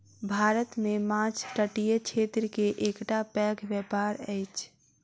भारत मे माँछ तटीय क्षेत्र के एकटा पैघ व्यापार अछि